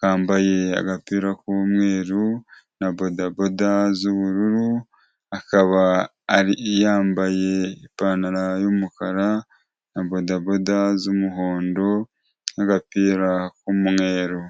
kambaye agapira k'umweru na bodaboda z'ubururu akaba yambaye ipantaro y'umukara na bodaboda z'umuhondo n'agapira k'umweru.